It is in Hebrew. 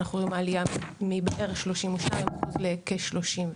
אנחנו רואים עלייה מבערך 32% לכ-39%,